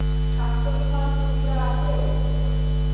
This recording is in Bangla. স্বাস্থ্য বিমার সুবিধা আছে?